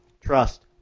trust